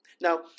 Now